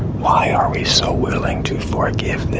why are we so willing to fork